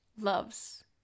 loves